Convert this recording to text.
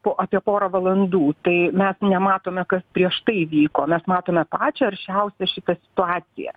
po apie porą valandų tai mes nematome kas prieš tai vyko mes matome pačią aršiausią šitą situaciją